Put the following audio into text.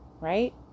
right